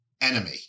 enemy